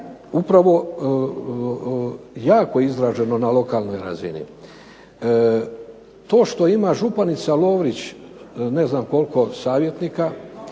upravo jako izraženo na lokalnoj razini. To što ima županica Lovrić ne znam koliko savjetnika